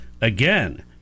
again